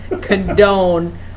condone